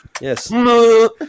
Yes